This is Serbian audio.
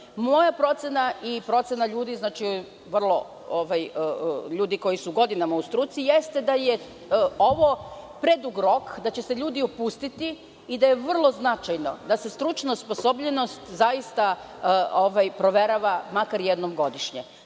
Moja procena i procena ljudi koji su godinama u struci jeste da ovo predug rok, da će se ljudi opustiti i da je vrlo značajno da se stručna osposobljenost zaista proverava makar jednom godišnje.